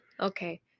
Okay